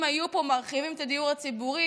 אם היו מרחיבים פה את הדיור הציבורי,